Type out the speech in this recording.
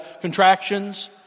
contractions